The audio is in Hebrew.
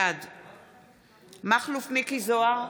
בעד מכלוף מיקי זוהר,